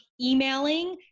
emailing